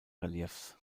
reliefs